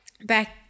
back